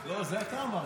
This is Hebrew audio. לא, את זה אתה אמרת.